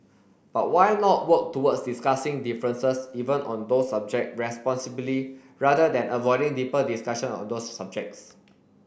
but why not work towards discussing differences even on those subject responsibly rather than avoiding deeper discussion on those subjects